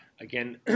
again